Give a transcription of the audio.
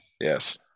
Yes